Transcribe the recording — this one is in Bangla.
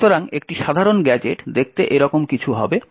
সুতরাং একটি সাধারণ গ্যাজেট দেখতে এরকম কিছু হবে